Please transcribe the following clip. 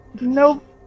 Nope